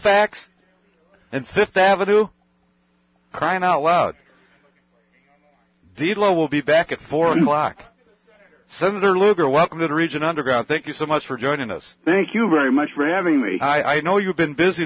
facts and fifth avenue crying out loud the low will be back at four o'clock senator lugar welcome to the region underground thank you so much for joining us thank you very much for having me i know you've been busy